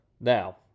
Now